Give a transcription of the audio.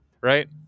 right